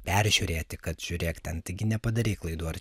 peržiūrėti kad žiūrėk ten taigi nepadarei klaidų ar